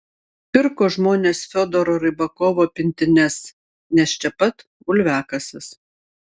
pirko žmonės fiodoro rybakovo pintines nes čia pat bulviakasis